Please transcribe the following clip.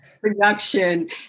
production